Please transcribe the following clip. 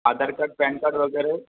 आधार card PAN card वगैरे